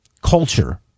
culture